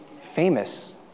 famous